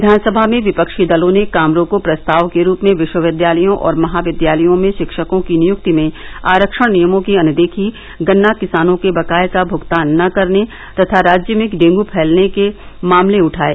विधानसभा में विपक्षी दलों ने काम रोको प्रस्ताव के रूप में विष्वविद्यालयों और महाविद्यालयों में षिक्षकों की नियुक्ति में आरक्षण नियमों की अनदेखी गन्ना किसानों के बकाये का भुगतान न करने तथा राज्य में डेंगू फैलने के मामले उठाये